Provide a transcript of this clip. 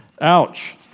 Ouch